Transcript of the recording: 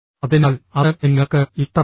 അതിനാൽ അത് നിങ്ങൾക്ക് ഇഷ്ടപ്പെടും